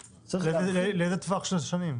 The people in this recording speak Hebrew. לאיזה טווח של שנים?